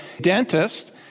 dentist